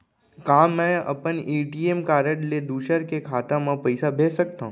का मैं अपन ए.टी.एम कारड ले दूसर के खाता म पइसा भेज सकथव?